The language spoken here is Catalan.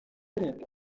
dret